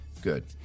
Good